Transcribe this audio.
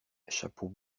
chapeau